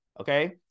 Okay